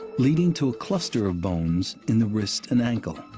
leading to a cluster of bones in the wrist and ankle.